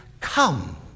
Come